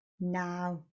now